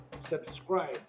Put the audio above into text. Subscribe